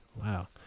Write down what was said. wow